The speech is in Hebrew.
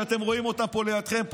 שאתם רואים אותם פה לידכם,